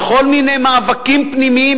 בכל מיני מאבקים פנימיים,